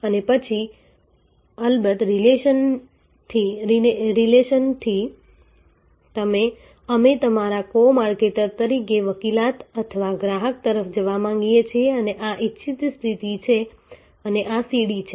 અને પછી અલબત્ત રિલેશનલથી અમે તમારા કો માર્કેટર તરીકે વકીલાત અથવા ગ્રાહક તરફ જવા માંગીએ છીએ અને આ ઇચ્છિત સ્થિતિ છે અને આ સીડી છે